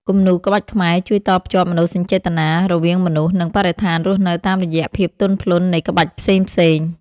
គំនូរក្បាច់ខ្មែរជួយតភ្ជាប់មនោសញ្ចេតនារវាងមនុស្ស និងបរិស្ថានរស់នៅតាមរយៈភាពទន់ភ្លន់នៃក្បាច់ផ្សេងៗ។